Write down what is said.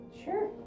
Sure